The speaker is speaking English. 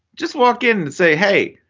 just walk in and say, hey,